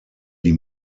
die